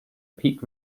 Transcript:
peak